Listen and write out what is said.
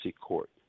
court